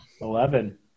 Eleven